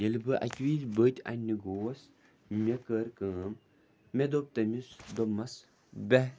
ییٚلہِ بہٕ اَکہِ وِز بٔتۍ اَننہِ گوس مےٚ کٔر کٲم مےٚ دوٚپ تٔمِس دوٚپمَس بیٚہہ